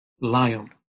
lion